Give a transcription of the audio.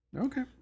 Okay